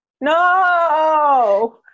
no